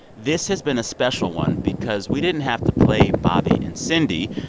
this has been a special one because we didn't have to play bobby and cindy.